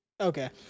Okay